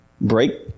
Break